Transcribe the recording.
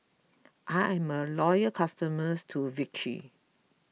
I am a loyal customer to Vichy